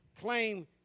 claim